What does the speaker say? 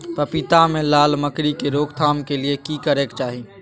पपीता मे लाल मकरी के रोक थाम के लिये की करै के चाही?